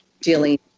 dealing